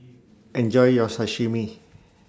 Enjoy your Sashimi